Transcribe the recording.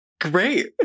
Great